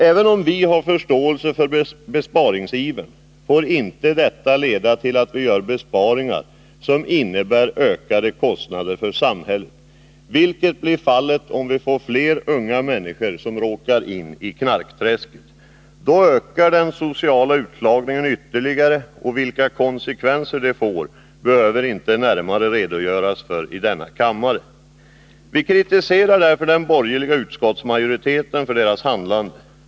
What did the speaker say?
Även om vi har förståelse för besparingsivern får inte detta leda till att vi gör besparingar som innebär ökade kostnader för samhället, något som blir fallet om vi får fler unga människor som råkar in i knarkträsket. Då ökar den sociala utslagningen ytterligare, och vilka konsekvenser de får behöver man inte närmare redogöra för i denna kammare. Vi kritiserar därför den borgerliga utskottsmajoriteten för dess handlande.